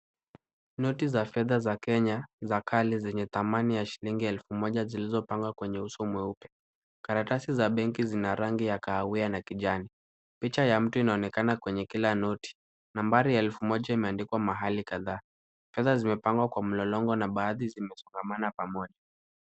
Noti za fedha za Kenya za kale zenye thamani ya shilingi elfu moja zilizopangwa kwenye uso mweupe. Karatasi za benki zina rangi ya kahawia na kijani. Picha ya mtu inaonekana kwenye kila noti. Nambari elfu moja imeandikwa mahali kadhaa. Fedha zimepangwa kwa mlolongo na baadhi zimeshikana pamoja.